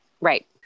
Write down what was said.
Right